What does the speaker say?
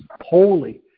holy